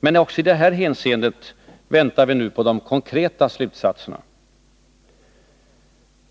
Men också i detta hänseende väntar vi nu på de konkreta slutsatserna.